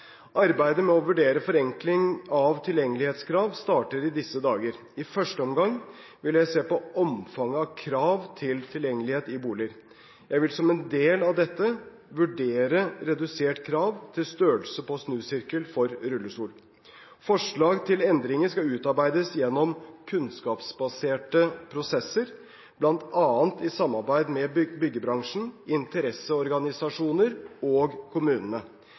Arbeidet med å vurdere forenkling av tilgjengelighetskrav starter i disse dager. I første omgang vil jeg se på omfanget av krav til tilgjengelighet i boliger. Jeg vil som en del av dette vurdere redusert krav til størrelsen på snusirkel for rullestol. Forslag til endringer skal utarbeides gjennom kunnskapsbaserte prosesser, bl.a. i samarbeid med byggebransjen, interesseorganisasjoner og kommunene.